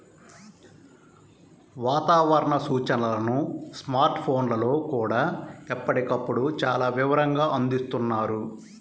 వాతావరణ సూచనలను స్మార్ట్ ఫోన్లల్లో కూడా ఎప్పటికప్పుడు చాలా వివరంగా అందిస్తున్నారు